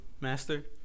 Master